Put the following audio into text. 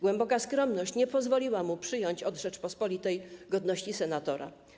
Głęboka skromność nie pozwoliła mu przyjąć od Rzeczpospolitej godności senatora.